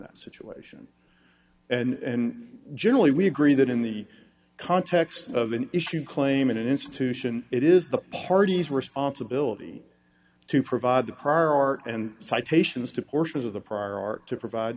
that situation and generally we agree that in the context of an issue claim an institution it is the parties were sponsibility to provide the prior art and citations to portions of the prior art to provide